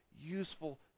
useful